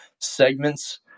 segments